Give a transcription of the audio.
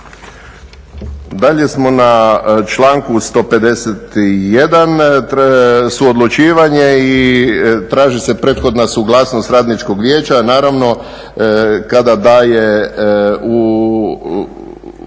Dalje smo na članku 151., suodlučivanje i traži se prethodna suglasnost Radničkog vijeća. Naravno kada daje u